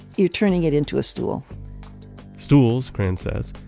you're turning it into a stool stools, cranz says,